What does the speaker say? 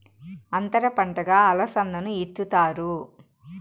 అంతర పంటగా అలసందను ఇత్తుతారు